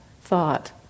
thought